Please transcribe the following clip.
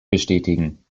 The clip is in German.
bestätigen